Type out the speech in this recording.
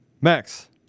Max